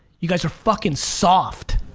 you guys are fucking soft.